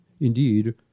indeed